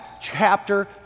chapter